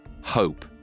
hope